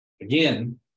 Again